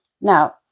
Now